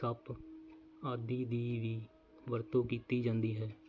ਸੱਪ ਆਦਿ ਦੀ ਵੀ ਵਰਤੋਂ ਕੀਤੀ ਜਾਂਦੀ ਹੈ